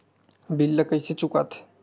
bill ला कइसे चुका थे